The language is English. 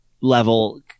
level